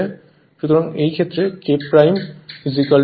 সুতরাং এই ক্ষেত্রে K V1V2 N1N2